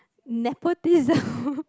nepotism